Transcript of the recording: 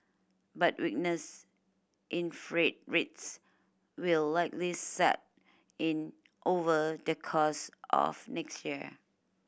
but weakness in freight rates will likely set in over the course of next year